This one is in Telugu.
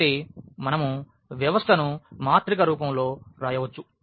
కాబట్టి మనము వ్యవస్థను మాత్రిక రూపంలో వ్రాయవచ్చు